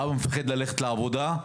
האבא מפחד ללכת לעבודה.